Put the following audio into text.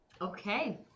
Okay